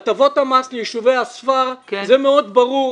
הטבות המס ליישובי הספר, זה מאוד ברור.